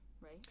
right